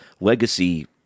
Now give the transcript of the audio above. legacy